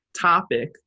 topic